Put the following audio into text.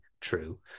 true